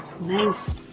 nice